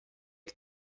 que